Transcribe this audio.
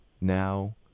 now